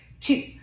Two